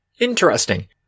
Interesting